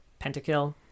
Pentakill